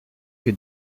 que